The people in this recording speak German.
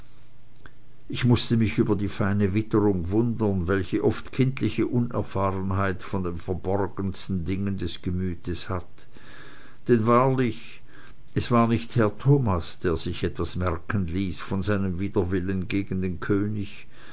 ich mußte mich über die feine witterung wundern welche oft kindliche unerfahrenheit von den verborgenen dingen des gemütes hat denn wahrlich es war nicht herr thomas der sich etwas merken ließ von seinem widerwillen gegen den könig